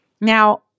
Now